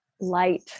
light